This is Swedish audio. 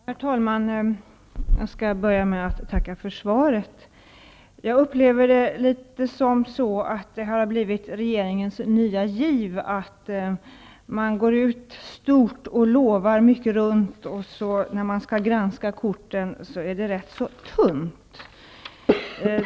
Herr talman! Jag börjar med att tacka för svaret. Jag upplever det litet som att det är regeringens nya giv att gå ut stort och lova mycket runt, men när man granskar korten är det hela rätt så tunt.